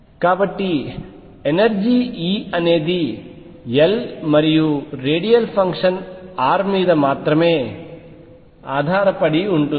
కాబట్టి energy E అనేది L మరియు రేడియల్ ఫంక్షన్ r మీద మాత్రమే ఆధారపడి ఉంటుంది